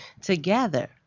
together